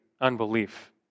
unbelief